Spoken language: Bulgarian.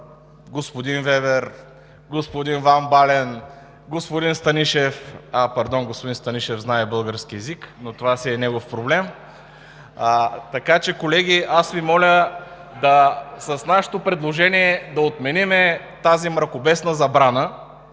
господин Велер, господин ван Бален, господин Станишев… А, пардон, господин Станишев знае български език, но това си е негов проблем (оживление в ГЕРБ). Така че, колеги, аз Ви моля с нашето предложение да отменим тази мракобесна забрана,